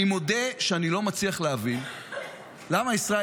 אני מודה שאני לא מצליח להבין למה ישראל